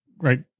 right